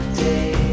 day